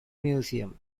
museum